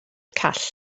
call